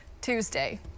Tuesday